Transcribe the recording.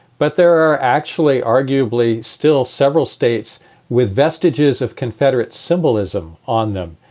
but there are actually arguably still several states with vestiges of confederate symbolism on them.